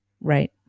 right